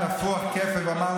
ואטורי,